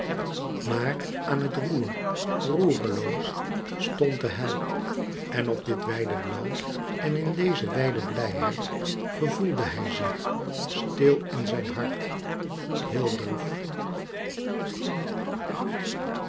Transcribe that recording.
maar aan het roer roereloos stond de held en op dit wijde blauw en in deze wijde blijheid gevoelde hij zich stil in zijn hart heel droef